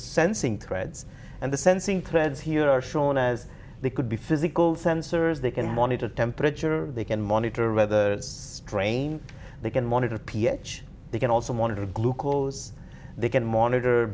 sensing threads and the sensing threads here are shown as they could be physical sensors they can monitor temperature they can monitor whether strain they can monitor ph they can also monitor glucose they can monitor